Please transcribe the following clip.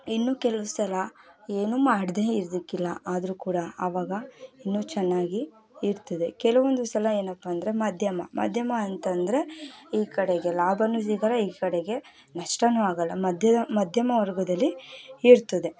ಇನ್ನು ಕೆಲವು ಸಲ ಏನು ಮಾಡದೇ ಇರ್ದಿಕಿಲ್ಲ ಆದರೂ ಕೂಡ ಅವಾಗ ಇನ್ನೂ ಚೆನ್ನಾಗಿ ಇರ್ತದೆ ಕೆಲವೊಂದು ಸಲ ಏನಪ್ಪ ಅಂದರೆ ಮಧ್ಯಮ ಮಧ್ಯಮ ಅಂತಂದರೆ ಈ ಕಡೆಗೆ ಲಾಭವೂ ಸಿಗೋಲ್ಲ ಈ ಕಡೆಗೆ ನಷ್ಟವೂ ಆಗೋಲ್ಲ ಮಧ್ಯ ಮಧ್ಯಮ ವರ್ಗದಲ್ಲಿ ಇರ್ತದೆ